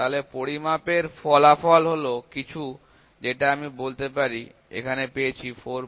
তাহলে পরিমাপের ফলাফল হল কিছু যেটা আমি বলতে পারি এখানে পেয়েছি ৪৯